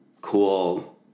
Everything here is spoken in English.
cool